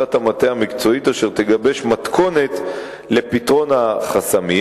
עבודת המטה המקצועית אשר תגבש מתכונת לפתרון החסמים.